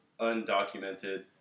undocumented